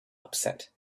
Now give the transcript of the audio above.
upset